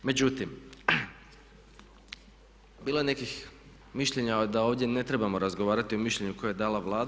Međutim, bilo je nekih mišljenja da ovdje ne trebamo razgovarati o mišljenju koje je dala Vlada.